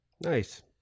Nice